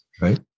Right